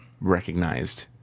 recognized